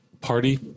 party